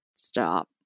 stop